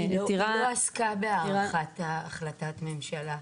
היא לא עסקה בהארכת החלטת הממשלה,